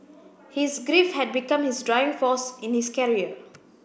his grief had become his driving force in his career